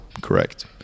correct